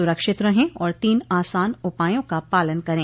सुरक्षित रहें और तीन आसान उपायों का पालन करें